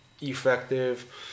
effective